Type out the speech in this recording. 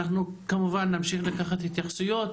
אנחנו נמשיך לקחת התייחסויות.